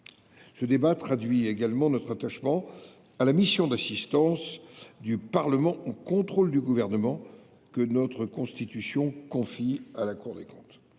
Ce débat traduit notre attachement à la mission d’assistance du Parlement dans le contrôle de l’action du Gouvernement que notre Constitution confie à la Cour des comptes.